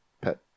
pet